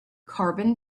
carbon